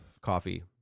Coffee